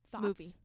movie